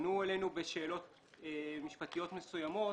פנו אלינו בשאלות משפטיות מסוימות